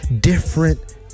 different